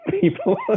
people